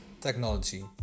technology